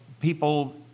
people